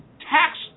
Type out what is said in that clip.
tax